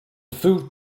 food